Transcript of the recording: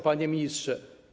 Panie Ministrze!